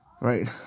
Right